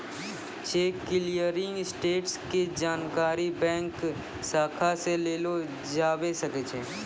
cheque clearing status के जानकारी bank शाखा से लेलो जाबै सकै छै